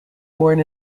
born